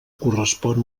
correspon